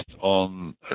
on